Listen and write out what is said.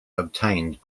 obtained